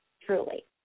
truly